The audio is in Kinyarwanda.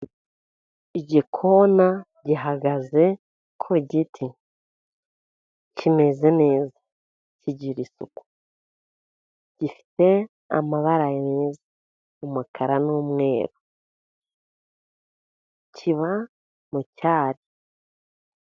Igikona gihagaze ku giti kimeze neza, kigira isuku gifite amabara meza umukara n'umweru kiba mu cyari.